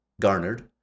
garnered